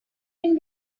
can